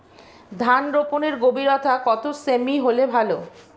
ধান রোপনের গভীরতা কত সেমি হলে ভালো?